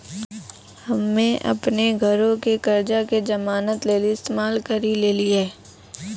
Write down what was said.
हम्मे अपनो घरो के कर्जा के जमानत लेली इस्तेमाल करि लेलियै